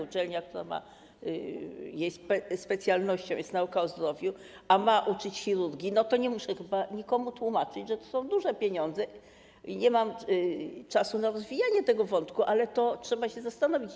Uczelnia, której specjalnością jest nauka o zdrowiu, a ma uczyć chirurgii - nie muszę chyba nikomu tłumaczyć, że to są duże pieniądze, i nie mam czasu na rozwijanie tego wątku, ale trzeba się nad tym zastanowić.